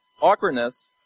Awkwardness